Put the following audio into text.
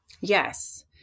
Yes